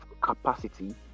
capacity